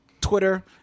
Twitter